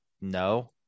no